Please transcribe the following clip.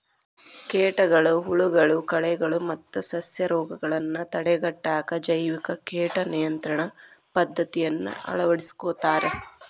ಕೇಟಗಳು, ಹುಳಗಳು, ಕಳೆಗಳು ಮತ್ತ ಸಸ್ಯರೋಗಗಳನ್ನ ತಡೆಗಟ್ಟಾಕ ಜೈವಿಕ ಕೇಟ ನಿಯಂತ್ರಣ ಪದ್ದತಿಯನ್ನ ಅಳವಡಿಸ್ಕೊತಾರ